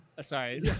Sorry